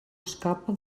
escapa